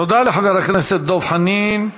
תודה לחבר הכנסת דב חנין.